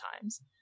times